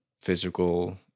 physical